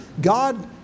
God